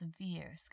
severe